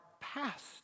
past